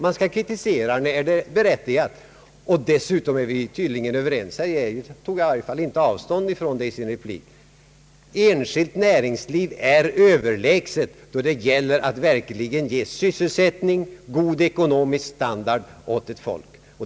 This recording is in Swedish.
Man skall kritisera när det är berättigat. Dessutom är vi tydligen överens — herr Geijer tog i varje fall inte avstånd i sin replik — att enskilt näringsliv är överlägset då det gäller att ge sysselsättning och god ekonomisk standard åt ett folk.